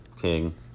King